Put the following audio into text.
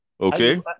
okay